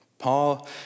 Paul